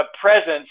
presence